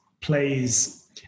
plays